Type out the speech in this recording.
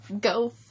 go-